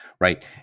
Right